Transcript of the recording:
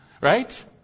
right